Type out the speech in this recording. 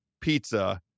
pizza